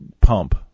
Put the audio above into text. pump